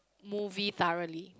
movie thoroughly